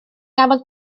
gafodd